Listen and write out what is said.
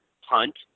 hunt